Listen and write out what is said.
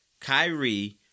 Kyrie